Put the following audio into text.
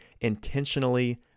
intentionally